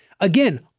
Again